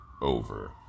over